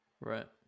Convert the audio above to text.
Right